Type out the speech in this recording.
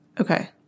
okay